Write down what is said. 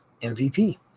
MVP